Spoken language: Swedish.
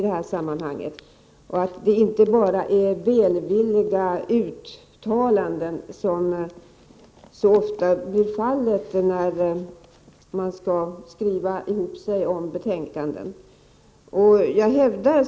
Det får inte bara bli välvilliga uttalanden som så ofta blir fallet när man skriver ihop sig i betänkanden.